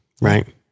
right